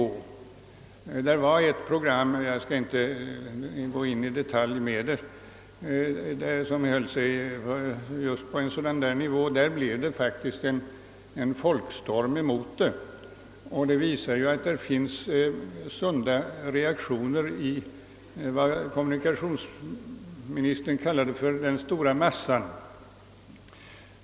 För något eller några år sedan gavs ett TV-program — jag skall inte gå in på vilket — som höll sig på en sådan nivå. Detta ledde till en folkstorm, vilket visar att det finns sunda reaktioner inom det som kommunikationsministern kallade den stora massan.